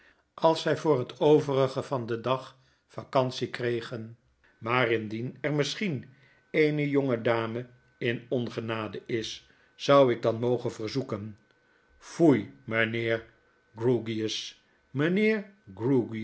als zy voor het overige van den dag vacantie kregen maar indien er misschien eene jonge dame in ongenade is zou ik dan mogen verzoeken foei mynheer